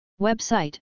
Website